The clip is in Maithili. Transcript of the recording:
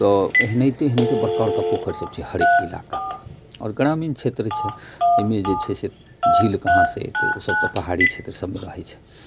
तऽ एहने तऽ एहने तऽ बड़का बड़का पोखरि सब छै हरेक इलाका मे आओर ग्रामीण क्षेत्र छै ओहिमे जे छै से झील कहाँ से एतै ओ सब तऽ पहाड़ी क्षेत्र सबमे रहै छै